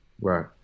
Right